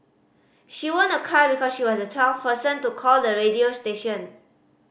she won a car because she was the twelfth person to call the radio station